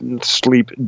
sleep